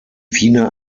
wiener